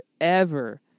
forever